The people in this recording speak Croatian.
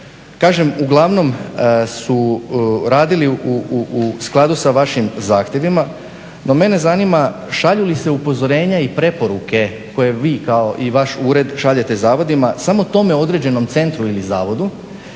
Kažem, uglavnom su radili u skladu sa vašim zahtjevima, no mene zanima šalju li se upozorenja i preporuke koje vi i vaš ured šaljete zavodima samo tome određenom centru ili zavodu